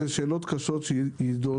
אלה שאלות קשות שיידונו.